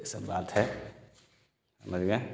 ये सब बात है बढ़िया